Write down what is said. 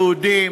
יהודים